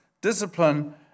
discipline